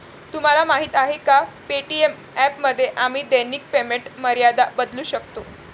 तुम्हाला माहीत आहे का पे.टी.एम ॲपमध्ये आम्ही दैनिक पेमेंट मर्यादा बदलू शकतो?